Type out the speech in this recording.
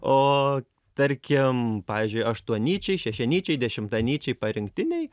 o tarkim pavyzdžiui aštuonnyčiai šešianyčiai dešimtanyčiai parinktiniai